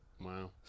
Wow